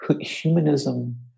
humanism